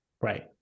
Right